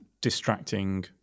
distracting